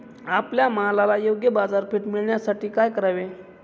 आपल्या मालाला योग्य बाजारपेठ मिळण्यासाठी काय करावे?